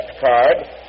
card